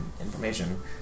information